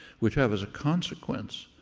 which have as a consequence,